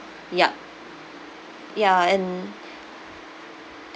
ya ya and